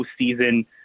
postseason